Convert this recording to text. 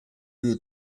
you